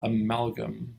amalgam